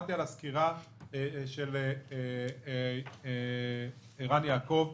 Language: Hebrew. שמעתי את הסקירה של ערן יעקב,